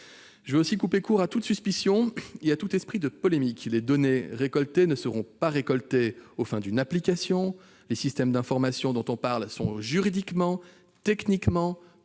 Je veux aussi couper court à toute suspicion et à toute polémique. Les données concernées ne seront pas récoltées pour nourrir une application. Les systèmes d'information dont nous parlons sont juridiquement et techniquement